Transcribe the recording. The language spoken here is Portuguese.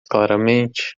claramente